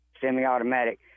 semi-automatic